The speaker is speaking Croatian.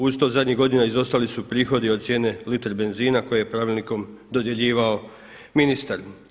Uz to zadnjih godina izostali su prihodi od cijene litre benzina koje je pravilnikom dodjeljivao ministar.